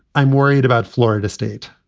i'm worried about florida state.